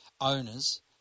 owners